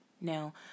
Now